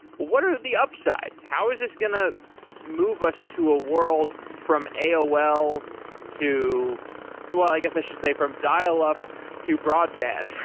what are the upsides? how is this going to move us to a world from aol to well, i guess, i should say from dial-up to broadband,